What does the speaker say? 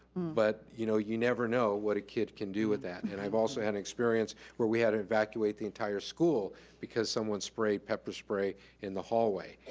but you know you never know what a kid can do with that. and i've also had an experience where we had to evacuate the entire school because someone sprayed pepper spray in the hallway.